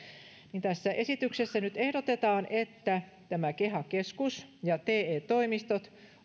tässä esityksessä ehdotetaan että keha keskus ja te toimistot